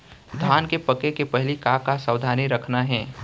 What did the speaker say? धान के पके के पहिली का का सावधानी रखना हे?